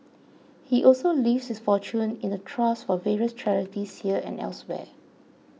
he also leaves his fortune in a trust for various charities here and elsewhere